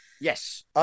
yes